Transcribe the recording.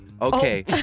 Okay